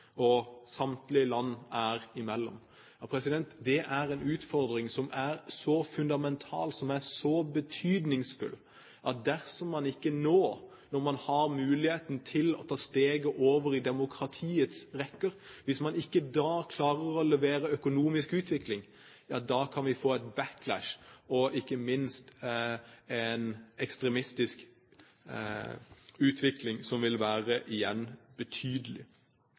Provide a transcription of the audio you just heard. år. Samtlige andre land ligger mellom disse. Det er en utfordring som er så fundamental, som er så betydningsfull, at dersom man ikke nå, når man har muligheten til å ta steget over i demokratiets rekker, klarer å levere økonomisk utvikling, ja, da kan vi få en backlash og ikke minst en ekstremistisk utvikling som igjen ville være betydelig.